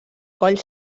coll